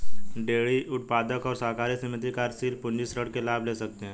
dairy उत्पादक और सहकारी समिति कार्यशील पूंजी ऋण के लाभ ले सकते है